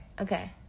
okay